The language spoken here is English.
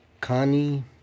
Connie